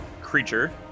creature